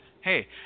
hey